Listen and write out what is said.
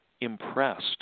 impressed